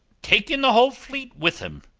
taking the whole fleet with him,